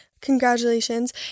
Congratulations